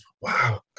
Wow